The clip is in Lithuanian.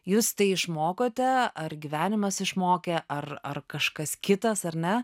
jūs išmokote ar gyvenimas išmokė ar ar kažkas kitas ar ne